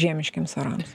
žiemiškiems orams